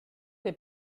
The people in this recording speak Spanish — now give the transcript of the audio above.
que